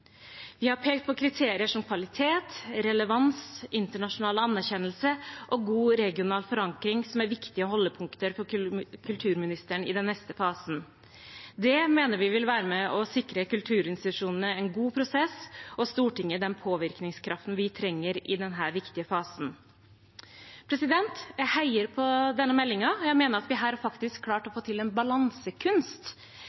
Vi har pekt på kriterier som kvalitet, relevans, internasjonal anerkjennelse og god regional forankring som viktige holdepunkter for kulturministeren i den neste fasen. Det mener vi vil være med og sikre kulturinstitusjonene en god prosess og Stortinget den påvirkningskraften vi trenger i denne viktige fasen. Jeg heier på denne meldingen. Jeg mener at vi her faktisk har klart å